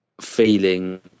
feeling